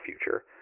future